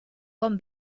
con